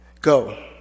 Go